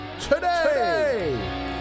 today